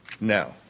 Now